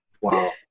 wow